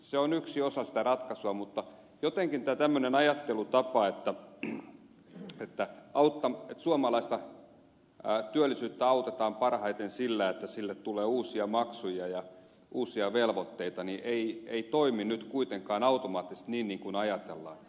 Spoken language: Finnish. se on yksi osa sitä ratkaisua mutta jotenkin tämmöinen ajattelutapa että suomalaista työllisyyttä autetaan parhaiten sillä että sille tulee uusia maksuja ja uusia velvoitteita ei toimi nyt kuitenkaan automaattisesti niin kuin ajatellaan